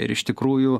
ir iš tikrųjų